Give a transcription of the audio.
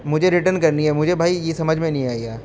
مجھے ریٹرن کرنی ہے مجھے بھائی یہ سمجھ میں نہیں آئی یار